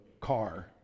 car